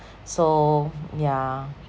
so yeah